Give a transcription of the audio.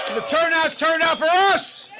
the turnout's turned out for us